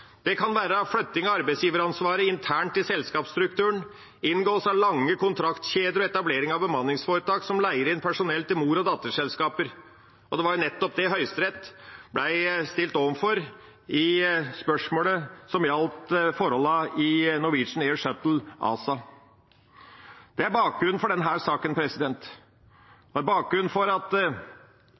kan være flytting av arbeidsgiveransvaret internt i selskapsstrukturen, inngåelse av lange kontraktskjeder og etablering av bemanningsforetak som leier inn personell til mor- og datterselskaper. Det var nettopp det Høyesterett ble stilt overfor i spørsmålet som gjaldt forholdene i Norwegian Air Shuttle ASA. Det er bakgrunnen for denne saken – arbeidsgiveransvaret, som de flygende mente at